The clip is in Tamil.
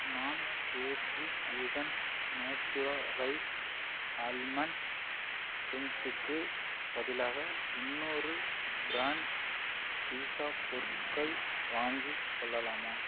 நான் பேர்ஜிஸ் வீகன் நேச்சுரா ரைஸ் ஆல்மண்ட் ட்ரின்க்ஸ்ஸுக்கு பதிலாக இன்னொரு ப்ராண்ட் பீஸா பொருட்கள் வாங்கிக் கொள்ளலாமா